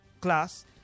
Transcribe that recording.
class